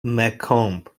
macomb